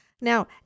Now